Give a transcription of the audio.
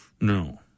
No